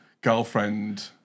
girlfriend